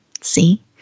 See